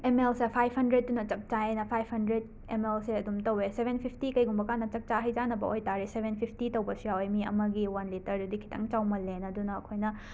M ꯑꯦꯜꯁꯦ five ꯍꯟꯗ꯭ꯔꯦꯗꯇꯨꯅ ꯆꯞ ꯆꯥꯌꯦꯅ ꯐꯥꯏꯞ ꯍꯟꯗ꯭ꯔꯦꯗ ꯑꯦꯝ ꯑꯦꯜꯁꯦ ꯑꯗꯨꯝ ꯇꯧꯋꯦ ꯁꯕꯦꯟ ꯐꯤꯐꯇꯤ ꯀꯩꯒꯨꯝꯕꯀꯥꯟꯗ ꯆꯥꯛ ꯍꯩꯖꯥꯟꯅꯕ ꯑꯣꯏꯇꯥꯔꯗꯤ ꯁꯕꯦꯟ ꯐꯤꯞꯇꯤ ꯇꯧꯕꯁꯨ ꯌꯥꯎꯋꯦ ꯃꯤ ꯑꯃꯒꯤ ꯋꯥꯟ ꯂꯤꯇꯔꯗꯤ ꯈꯤꯛꯇꯪ ꯆꯥꯎꯃꯜꯂꯦꯅ ꯑꯗꯨꯅ ꯑꯩꯈꯣꯏꯅ